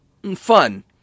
Fun